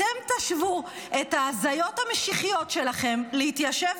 אתם תשוו את ההזיות המשיחיות שלכם להתיישב